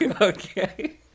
Okay